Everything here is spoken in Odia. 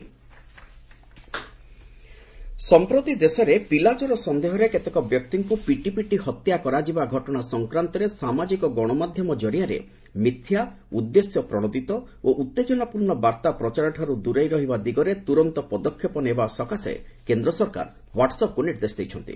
ଗମେଣ୍ଟ୍ ହ୍ୱାଟ୍ସ୍ଅପ୍ ସଂପ୍ରତି ଦେଶରେ ପିଲାଚୋର ସନ୍ଦେହରେ କେତେକ ବ୍ୟକ୍ତିଙ୍କୁ ପିଟିପିଟି ହତ୍ୟା କରାଯିବା ଘଟଣା ସଂକ୍ରାନ୍ତରେ ସାମାଜିକ ଗଣମାଧ୍ୟମ ଜରିଆରେ ମିଥ୍ୟା ଉଦ୍ଦେଶ୍ୟ ପ୍ରଣୋଦିତ ଓ ଉତ୍ତେଜନାପୂର୍ଣ୍ଣ ବାର୍ତ୍ତା ପ୍ରଚାରଠାରୁ ଦୂରେଇ ରହିବା ଦିଗରେ ତୁରନ୍ତ ପଦକ୍ଷେପ ନେବା ସକାଶେ କେନ୍ଦ୍ର ସରକାର ହ୍ୱାଟ୍ସ୍ଅପ୍କୁ ନିର୍ଦ୍ଦେଶ ଦେଇଛନ୍ତି